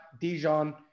Dijon